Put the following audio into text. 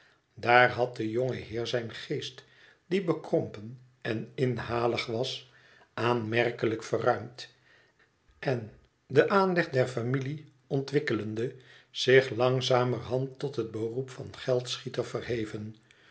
daar had de jonge heer zijn geest die bekrompen en inhalig was aanmerkelijk verruimd en den aanleg der familie ontwikkelende zich langzamerhand tot het beroep van geldschieter verheven